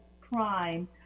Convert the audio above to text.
prime